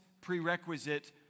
prerequisite